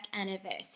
anniversary